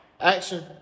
Action